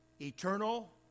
eternal